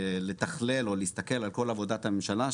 בלתכלל או להסתכל על כל עבודה הממשלה,